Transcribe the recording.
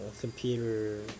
computer